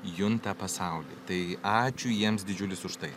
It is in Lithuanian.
junta pasaulį tai ačiū jiems didžiulis už tai